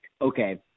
okay